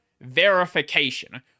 verification